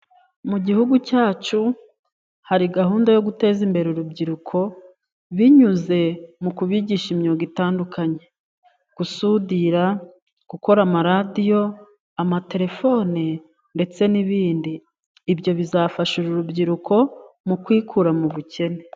Mu gihugu cyacu hari gahunda yo guteza imbere urubyiruko binyuze mu kubigisha imyuga itandukanye. Gusudira. Gukora amaradiyo, amatelefone ndetse n'ibindi. Ibyo bizafasha uru rubyiruko mu kwikura mu bukene.